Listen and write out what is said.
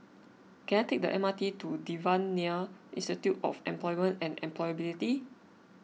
can I take the M R T to Devan Nair Institute of Employment and Employability